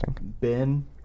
Ben